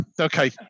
okay